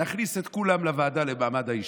נכניס את כולם לוועדה למעמד האישה,